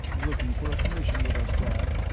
looking for a commission with us, dad.